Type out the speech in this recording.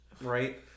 Right